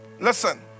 Listen